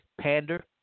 pander